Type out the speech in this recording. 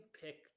pick